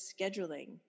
scheduling